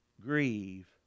grieve